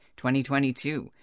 2022